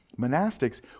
monastics